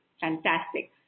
Fantastic